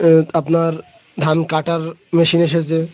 আপনার ধান কাটার মেশিন এসেছে